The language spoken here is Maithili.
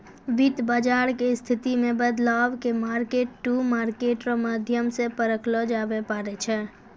वित्त बाजार के स्थिति मे बदलाव के मार्केट टू मार्केट रो माध्यम से परखलो जाबै पारै छै